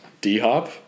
D-Hop